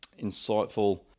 insightful